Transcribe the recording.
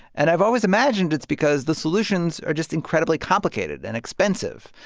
and i've always imagined it's because the solutions are just incredibly complicated and expensive.